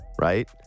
right